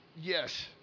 yes